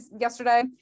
yesterday